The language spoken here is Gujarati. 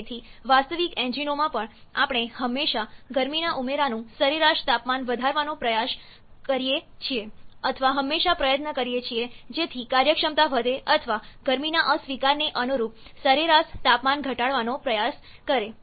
અને તેથી વાસ્તવિક એન્જિનોમાં પણ આપણે હંમેશા ગરમીના ઉમેરાનું સરેરાશ તાપમાન વધારવાનો પ્રયત્ન કરીએ છીએ અથવા હંમેશા પ્રયત્ન કરીએ છીએ જેથી કાર્યક્ષમતા વધે અથવા ગરમીના અસ્વીકારને અનુરૂપ સરેરાશ તાપમાન ઘટાડવાનો પ્રયાસ કરે